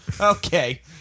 Okay